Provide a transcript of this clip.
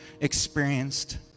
experienced